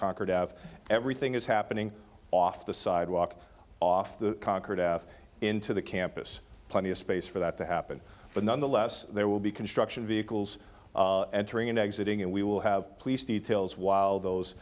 concord of everything is happening off the sidewalk off the concord out into the campus plenty of space for that to happen but nonetheless there will be construction vehicles entering and exiting and we will have police details while those